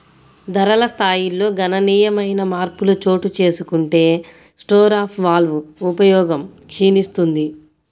ధరల స్థాయిల్లో గణనీయమైన మార్పులు చోటుచేసుకుంటే స్టోర్ ఆఫ్ వాల్వ్ ఉపయోగం క్షీణిస్తుంది